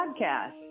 podcast